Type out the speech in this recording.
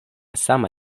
sama